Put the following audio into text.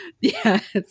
Yes